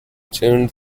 tuned